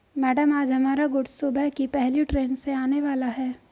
madam आज हमारा goods सुबह की पहली ट्रैन से आने वाला है